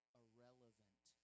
irrelevant